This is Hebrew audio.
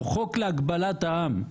הוא חוק להגבלת העם.